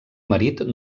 marit